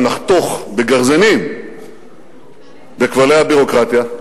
שנחתוך בגרזנים בכבלי הביורוקרטיה,